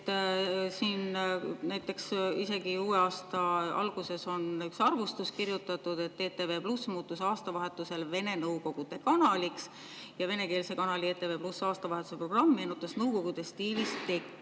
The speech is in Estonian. Näiteks isegi uue aasta alguses on ühes arvustuses kirjutatud, et ETV+ muutus aastavahetusel Vene-Nõukogude kanaliks ja venekeelse kanali ETV+ aastavahetuse programm meenutas Nõukogude stiilis tekki.